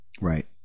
Right